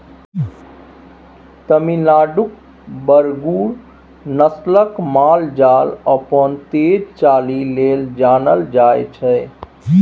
तमिलनाडुक बरगुर नस्लक माल जाल अपन तेज चालि लेल जानल जाइ छै